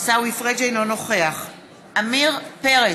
אינו נוכח עמיר פרץ,